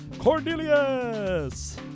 Cornelius